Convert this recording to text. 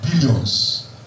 billions